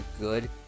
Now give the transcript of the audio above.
good